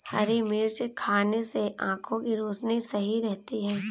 हरी मिर्च खाने से आँखों की रोशनी सही रहती है